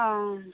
অঁ